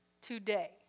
today